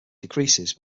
decreases